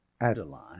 Adeline